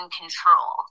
control